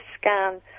scan